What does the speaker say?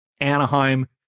Anaheim